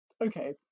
Okay